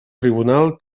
tribunal